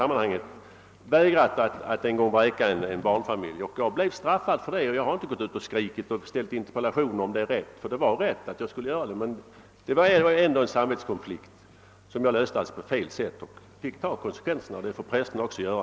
Jag har en gång vägrat att vräka en barnfamilj, och jag blev straffad för det, men jag har inte gått ut och skrikit om saken eller framställt interpellationer om huruvida det var rätt. Det var rätt. Här hamnade jag i en samvetskonflikt som jag löste på fel sätt, och jag fick ta konsekvenserna. Det bör också prästerna få göra.